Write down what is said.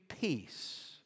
peace